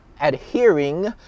adhering